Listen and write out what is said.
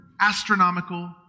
astronomical